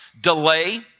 delay